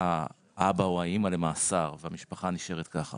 האבא או האמא למאסר והמשפחה נשארת ככה